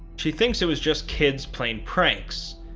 she thinks it was just kids playing pranks,